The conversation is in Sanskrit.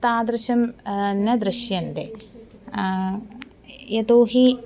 तादृशं न दृश्यते यतोहि